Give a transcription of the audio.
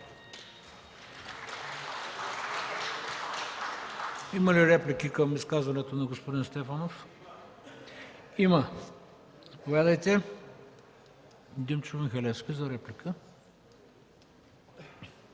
Има ли реплики към изказването на господин Стефанов? Има. Заповядайте. Димчо Михалевски – за реплика.